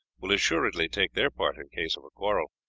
will assuredly take their part in case of a quarrel.